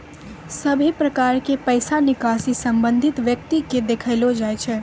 सभे प्रकार के पैसा निकासी संबंधित व्यक्ति के देखैलो जाय छै